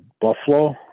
Buffalo